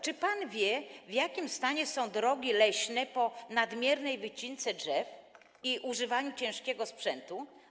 Czy pan wie, w jakim stanie są drogi leśne po nadmiernej wycince drzew i używaniu ciężkiego sprzętu?